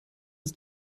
ist